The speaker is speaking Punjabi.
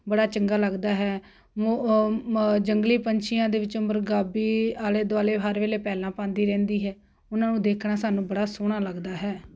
ਬੜਾ ਚੰਗਾ ਲੱਗਦਾ ਹੈ ਮ ਜੰਗਲੀ ਪੰਛੀਆਂ ਦੇ ਵਿੱਚ ਮੁਰਗਾਬੀ ਆਲੇ ਦੁਆਲੇ ਹਰ ਵੇਲੇ ਪੈਲਾਂ ਪਾਉਂਦੀ ਰਹਿੰਦੀ ਹੈ ਉਹਨਾਂ ਨੂੰ ਦੇਖਣਾ ਸਾਨੂੰ ਬੜਾ ਸੋਹਣਾ ਲੱਗਦਾ ਹੈ